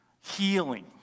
healing